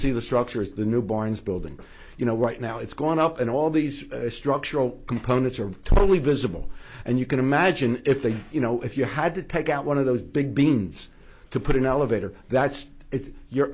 see the structure is the newborn's building you know right now it's gone up and all these structural components are totally visible and you can imagine if they you know if you had to take out one of those big beans to put in elevator that's it you